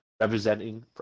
representing